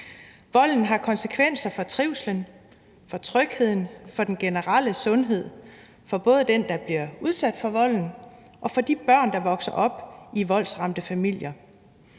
Volden har konsekvenser for trivslen, for trygheden, for den generelle sundhed, for både den, der bliver udsat for volden, og for de børn, der vokser op i voldsramte familier.